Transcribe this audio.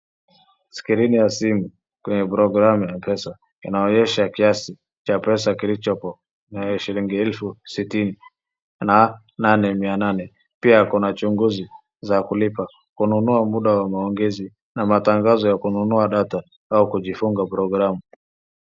Screen ya simu kwenye programu ya Mpesa. Inaonyesha kiasi cha pesa kilichopo ni shilingi elfu sitini na nane mia nane. Pia kuna chunguzi za kulipa, kununua muda wa maongezi na matangazo ya kununua data au kujifunga programu.